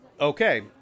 Okay